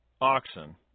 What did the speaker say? oxen